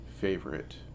favorite